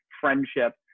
friendship